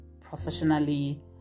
professionally